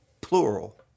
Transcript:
plural